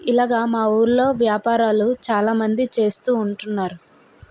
ఇలాగా మా ఊళ్లో వ్యాపారాలు చాలామంది చేస్తూ ఉంటున్నారు